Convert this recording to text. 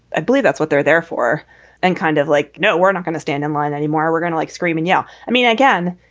i believe that's what they're there for and kind of like. no, we're not gonna stand in line anymore. we're gonna like scream and yell. i mean, again,